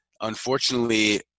unfortunately